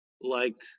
liked